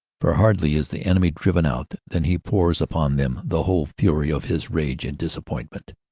for hardly is the enemy driven out than he pours upon them the whole fury of his rage and disappointment.